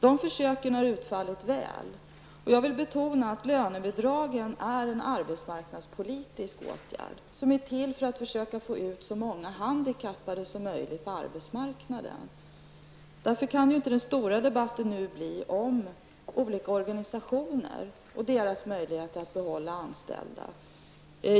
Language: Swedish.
Dessa försök har utfallit väl. Jag vill betona att lönebidragen är en arbetsmarknadspolitisk åtgärd som är till för att försöka få ut så många handikappade som möjligt på arbetsmarknaden. Den stora debatten kan nu inte handla om olika organisationer och deras möjligheter att behålla anställda.